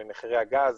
ממחירי הגז,